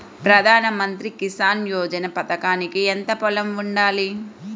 ప్రధాన మంత్రి కిసాన్ యోజన పథకానికి ఎంత పొలం ఉండాలి?